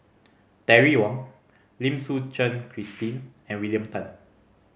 Terry Wong Lim Suchen Christine and William Tan